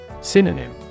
Synonym